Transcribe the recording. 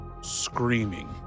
screaming